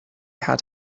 had